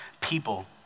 people